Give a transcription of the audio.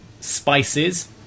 spices